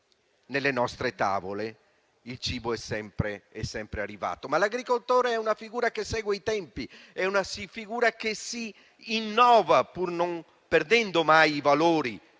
nelle nostre tavole il cibo è sempre arrivato. Ma l'agricoltore è una figura che segue i tempi e che si innova, pur non perdendo mai i valori